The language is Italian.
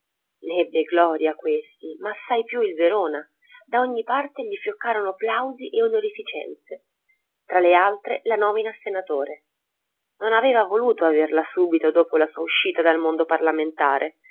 ebbe gloria questi ma assai più il verona da ogni parte gli fioccarono plausi e onorificenze tra le altre la nomina a senatore non aveva voluto averla subito dopo la sua uscita dal mondo parlamentare